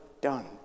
done